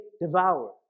devour